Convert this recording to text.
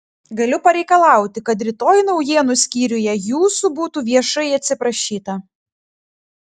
galiu pareikalauti kad rytoj naujienų skyriuje jūsų būtų viešai atsiprašyta